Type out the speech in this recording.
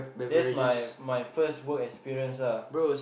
that's my my first work experience lah